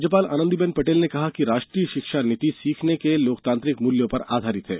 राज्यपाल राज्यपाल आनंदीबेन पटेल ने कहा कि राष्ट्रीय शिक्षा नीति सीखने के लोकतांत्रिक मूल्यों पर आधारित है